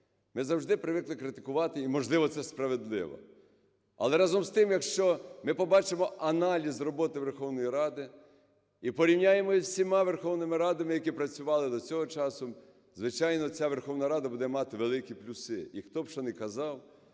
Ми завжди привикли критикувати і, можливо, це справедливо. Але разом з тим, якщо ми побачимо аналіз роботи Верховної Ради і порівняємо із всіма Верховними Радам, які працювали до цього часу, звичайно, ця Верховна Рада буде мати великі плюси. І хто б що не казав